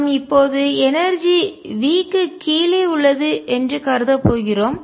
நாம் இப்போது எனர்ஜிஆற்றல் V க்கு கீழே உள்ளது என்று கருதப் போகிறோம்